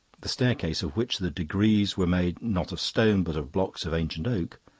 the staircase, of which the degrees were made not of stone but of blocks of ancient oak,